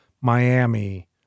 Miami